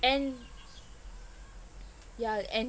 and yeah and